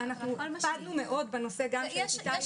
אנחנו הקפדנו מאוד גם בנושא של כיתה ירוקה.